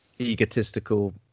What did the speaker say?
Egotistical